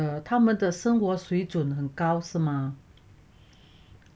他们的生活水准很高是吗